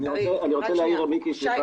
שי